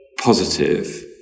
positive